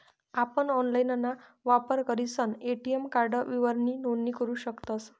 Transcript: आपण ऑनलाइनना वापर करीसन ए.टी.एम कार्ड विवरणनी नोंदणी करू शकतस